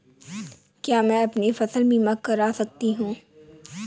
क्या मैं अपनी फसल बीमा करा सकती हूँ?